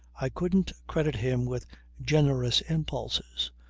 i couldn't credit him with generous impulses.